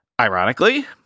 Ironically